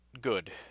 good